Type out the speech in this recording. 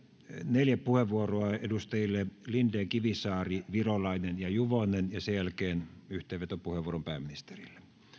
neljä puheenvuoroa edustajille linden kivisaari virolainen ja juvonen ja sen jälkeen yhteenvetopuheenvuoron pääministerille